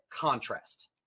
contrast